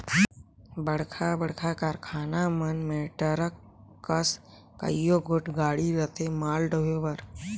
बड़खा बड़खा कारखाना मन में टरक कस कइयो गोट गाड़ी रहथें माल डोहे बर